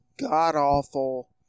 god-awful